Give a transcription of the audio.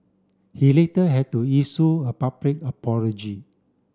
he later had to issue a public apology